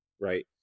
right